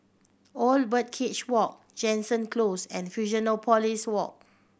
Old Birdcage Walk Jansen Close and Fusionopolis Walk